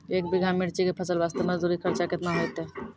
एक बीघा मिर्ची के फसल वास्ते मजदूरी खर्चा केतना होइते?